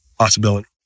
possibility